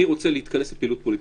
אני רוצה להתכנס לפעילות פוליטית,